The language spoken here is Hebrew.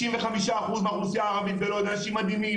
95% מהאוכלוסייה הם אנשים מדהימים,